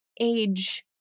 age